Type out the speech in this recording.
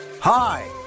Hi